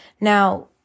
Now